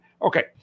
Okay